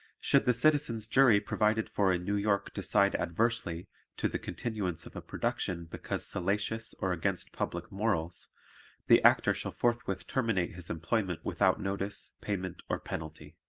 should the citizens' jury provided for in new york decide adversely to the continuance of a production because salacious or against public morals the actor shall forthwith terminate his employment without notice, payment or penalty.